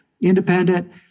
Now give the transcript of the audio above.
independent